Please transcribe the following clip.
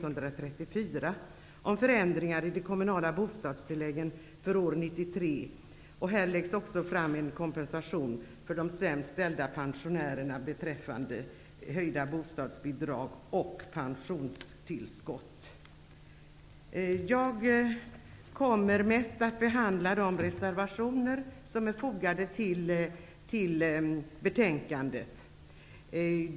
Här lägger regeringen också fram förslag om kompensation för de sämst ställda pensionärerna beträffande höjda bostadsbidrag och pensionstillskott. Jag kommer mest att uppehålla mig vid de reservationer som är fogade till betänkandet.